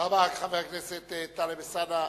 תודה רבה, חבר הכנסת טלב אלסאנע.